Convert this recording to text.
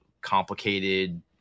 complicated